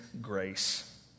grace